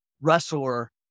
wrestler